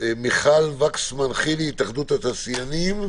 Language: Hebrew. מיכל וקסמן חילי, התאחדות התעשיינים,